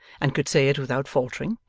and could say it without faltering,